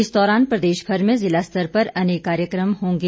इस दौरान अवसर पर प्रदेश भर में जिला स्तर पर अनेक कार्यक्रम होंगे